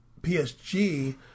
PSG